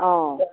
অঁ